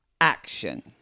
Action